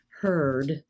Heard